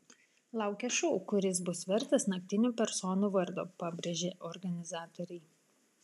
laukia šou kuris bus vertas naktinių personų vardo pabrėžė organizatoriai